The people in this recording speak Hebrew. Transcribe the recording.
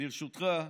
ברשותך.